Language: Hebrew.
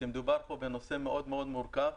שמדובר פה בנושא מאוד מאוד מורכב.